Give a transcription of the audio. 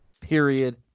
Period